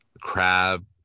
Crab